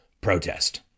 protest